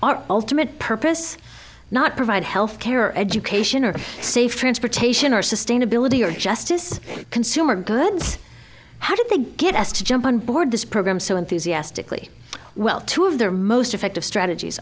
our ultimate purpose not provide health care or education or safe transportation or sustainability or justice consumer goods how do they get us to jump on board this program so enthusiastically well two of their most effective strategies